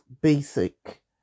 basic